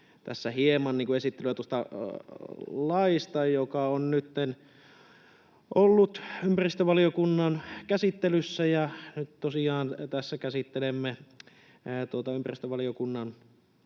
Tässä hieman esittelyä tuosta laista, joka on nytten ollut ympäristövaliokunnan käsittelyssä, ja nyt tosiaan tässä käsittelemme tuota ympäristövaliokunnan